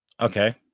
Okay